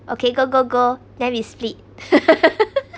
okay go go go then we split